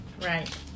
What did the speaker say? Right